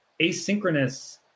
asynchronous